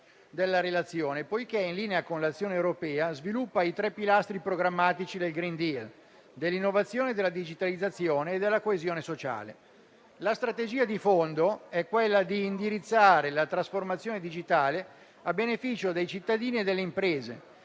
della relazione, poiché, in linea con l'azione europea, sviluppa i tre pilastri programmatici del *green* *deal*, dell'innovazione, della digitalizzazione e della coesione sociale. La strategia di fondo è quella di indirizzare la trasformazione digitale a beneficio dei cittadini e delle imprese,